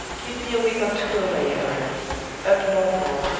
give me a week or two away, allan up northward,